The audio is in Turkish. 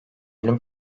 ölüm